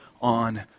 on